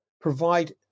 provide